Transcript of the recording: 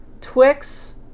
Twix